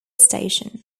station